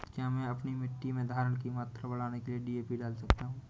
क्या मैं अपनी मिट्टी में धारण की मात्रा बढ़ाने के लिए डी.ए.पी डाल सकता हूँ?